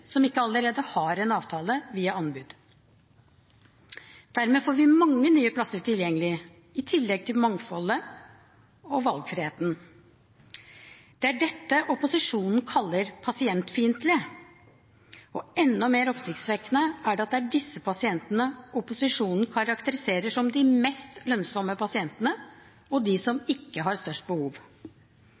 som ikke allerede har en avtale via anbud. Dermed får vi mange nye plasser tilgjengelig, i tillegg til mangfoldet og valgfriheten. Det er dette opposisjonen kaller pasientfiendtlig. Enda mer oppsiktsvekkende er at det er disse pasientene opposisjonen karakteriserer som de mest lønnsomme pasientene, og som ikke har størst behov.